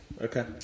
Okay